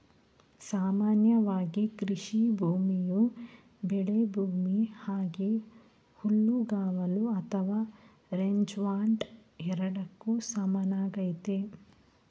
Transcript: ಸಾಮಾನ್ಯವಾಗಿ ಕೃಷಿಭೂಮಿಯು ಬೆಳೆಭೂಮಿ ಹಾಗೆ ಹುಲ್ಲುಗಾವಲು ಅಥವಾ ರೇಂಜ್ಲ್ಯಾಂಡ್ ಎರಡಕ್ಕೂ ಸಮಾನವಾಗೈತೆ